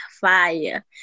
fire